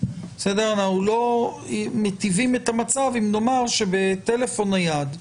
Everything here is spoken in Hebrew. אנחנו לא מיטיבים את המצב אם נאמר שבטלפון נייד,